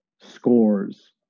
scores